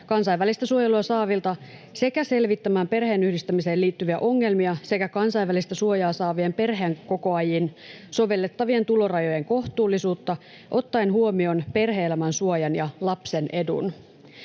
kansainvälistä suojelua saavilta sekä selvittämään perheenyhdistämiseen liittyviä ongelmia ja kansainvälistä suojaa saaviin perheenkokoajiin sovellettavien tulorajojen kohtuullisuutta ottaen huomioon perhe-elämän suojan ja lapsen edun.